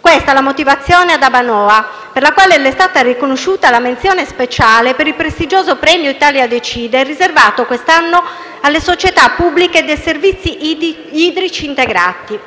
con queste motivazioni ad Abbanoa è stata riconosciuta la menzione speciale per il prestigioso Premio Italiadecide, riservato quest'anno alle società pubbliche dei servizi idrici integrati.